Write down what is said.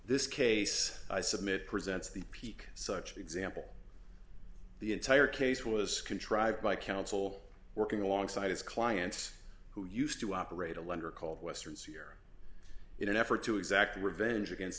this case i submit presents the peak such example the entire case was contrived by counsel working alongside his clients who used to operate a lender called western seer in an effort to exact revenge against